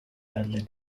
badly